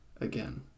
again